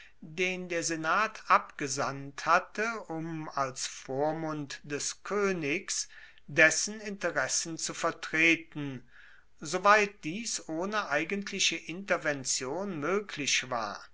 den der senat abgesandt hatte um als vormund des koenigs dessen interessen zu vertreten soweit dies ohne eigentliche intervention moeglich war